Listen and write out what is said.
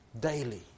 Daily